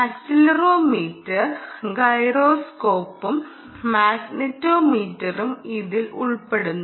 accelerometer ഗൈറോസ്കോപ്പും മാഗ്നെറ്റോമീറ്ററും ഇതിൽ ഉൾപ്പെടുന്നു